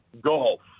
Golf